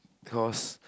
cause